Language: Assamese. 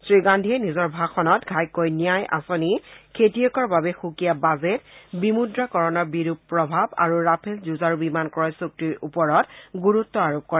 শ্ৰী গান্ধীয়ে নিজৰ ভাষণত ঘাইকৈ ন্যায় আঁচনি খেতিয়কৰ বাবে সুকীয়া বাজেট বিমুদ্ৰাকৰণৰ বিৰূপ প্ৰভাৱ আৰু ৰাফেল যুঁজাৰু বিমান ক্ৰয় চুক্তিৰ ওপৰত গুৰুত্ব আৰোপ কৰে